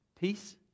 Peace